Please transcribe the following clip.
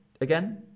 again